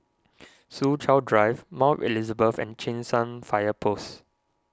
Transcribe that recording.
Soo Chow Drive Mount Elizabeth and Cheng San Fire Post